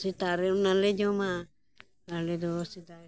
ᱥᱮᱛᱟᱜ ᱨᱮ ᱚᱱᱟᱞᱮ ᱡᱚᱢᱟ ᱟᱞᱮ ᱫᱚ ᱥᱮᱫᱟᱭ ᱦᱚᱲ ᱫᱚ